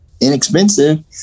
inexpensive